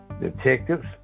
detectives